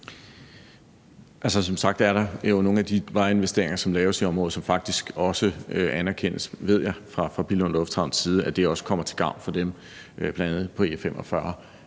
Som sagt er der jo nogle af de vejinvesteringer, som laves i området, som faktisk også anerkendes, ved jeg, fra Billunds Lufthavns side, altså at de også bliver til gavn for dem, bl.a. på E45.